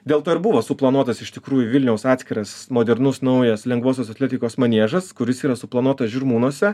dėl to ir buvo suplanuotas iš tikrųjų vilniaus atskiras modernus naujas lengvosios atletikos maniežas kuris yra suplanuotas žirmūnuose